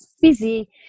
busy